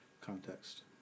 context